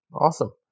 awesome